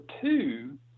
two